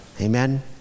Amen